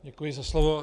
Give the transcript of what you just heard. Děkuji za slovo.